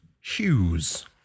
Hughes